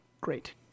great